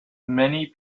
many